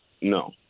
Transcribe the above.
no